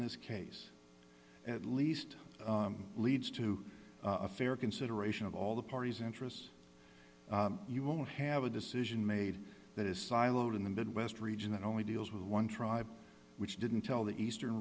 this case at least leads to a fair consideration of all the party's interests you won't have a decision made that is siloed in the midwest region that only deals with one tribe which didn't tell the eastern